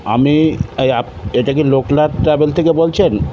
আমি এই এটা কি লোকলাথ ট্রাভেল থেকে বলছেন